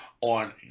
on